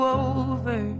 over